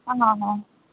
ஆமாம் ஆமாம்